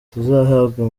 tuzahabwa